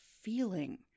feeling